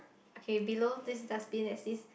okay below this dustbin there's this